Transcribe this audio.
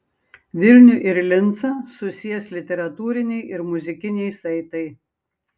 vilnių ir lincą susies literatūriniai ir muzikiniai saitai